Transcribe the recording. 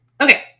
Okay